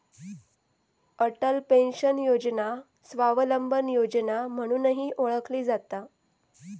Atal pension योजना स्वावलंबन योजना म्हणूनही ओळखली जाता